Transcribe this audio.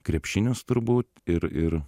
krepšinis turbūt ir ir